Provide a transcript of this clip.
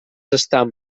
estan